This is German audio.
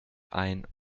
ein